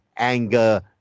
Anger